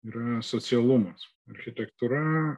yra socialumas architektūra